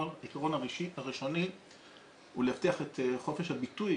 העיקרון הראשון הוא להבטיח את חופש הביטוי,